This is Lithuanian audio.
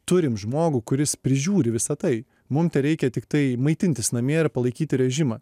turim žmogų kuris prižiūri visa tai mum tereikia tiktai maitintis namie ir palaikyti režimą